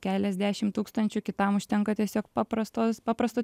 keliasdešimt tūkstančių kitam užtenka tiesiog paprastos paprasto